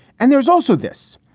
and there's also this.